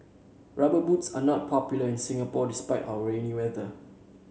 rubber boots are not popular in Singapore despite our rainy weather